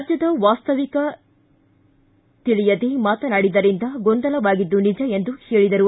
ರಾಜ್ಯದ ವಾಸ್ತವಿಕ ತಿಳಿಯದೆ ಮಾತನಾಡಿದ್ದರಿಂದ ಗೊಂದಲವಾಗಿದ್ದು ನಿಜ ಎಂದು ಹೇಳದರು